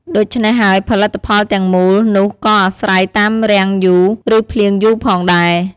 ដូច្នេះហើយផលិតផលទាំងមូលនោះក៏អាស្រ័យតាមរាំងយូរ ឬភ្លៀងយូរផងដែរ។